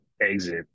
exit